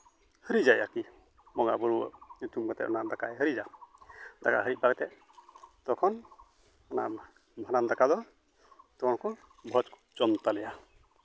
ᱦᱤᱨᱤᱡᱟᱭ ᱟᱨᱠᱤ ᱵᱚᱸᱜᱟᱼᱵᱩᱨᱩ ᱧᱩᱛᱩᱢ ᱠᱟᱛᱮᱫ ᱚᱱᱟ ᱫᱟᱠᱟᱭ ᱦᱤᱨᱤᱡᱟ ᱫᱟᱠᱟ ᱦᱤᱨᱤᱡ ᱵᱟᱲᱟ ᱠᱟᱛᱮᱫ ᱛᱚᱠᱷᱚᱱ ᱚᱱᱟ ᱵᱷᱟᱸᱰᱟᱱ ᱫᱟᱠᱟ ᱫᱚ ᱛᱚᱠᱷᱚᱱ ᱵᱷᱚᱡᱽ ᱠᱚ ᱡᱚᱢ ᱛᱟᱞᱮᱭᱟ